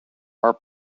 are